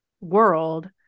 world